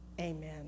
Amen